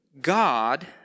God